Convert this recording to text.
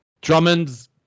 Drummond's